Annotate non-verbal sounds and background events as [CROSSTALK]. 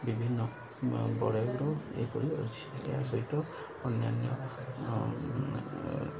ବିଭିନ୍ନ ବଡ଼ [UNINTELLIGIBLE] ଏହିପରି ଅଛି ଏହା ସହିତ ଅନ୍ୟାନ୍ୟ